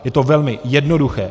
Je to velmi jednoduché.